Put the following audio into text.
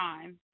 time